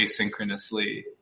asynchronously